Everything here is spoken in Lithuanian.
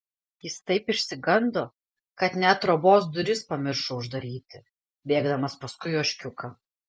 jis taip išsigando kad net trobos duris pamiršo uždaryti bėgdamas paskui ožkiuką